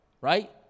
Right